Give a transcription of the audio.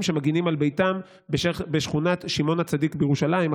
שמגינים על ביתם בשכונת שמעון הצדיק בירושלים.